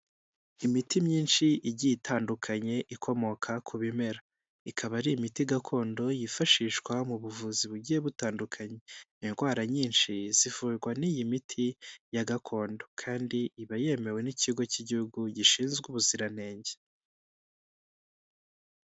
Imiti myinshi igiye itandukanye ikomoka ku bimera. Ikaba ari imiti gakondo yifashishwa mu buvuzi bugiye butandukanye. Indwara nyinshi zivurwa n'iyi miti ya gakondo kandi iba yemewe n'ikigo cy'igihugu gishinzwe ubuziranenge.